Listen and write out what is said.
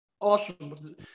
awesome